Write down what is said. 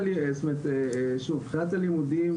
מבחינת הלימודים,